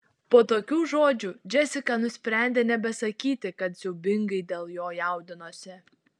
po tokių žodžių džesika nusprendė nebesakyti kad siaubingai dėl jo jaudinosi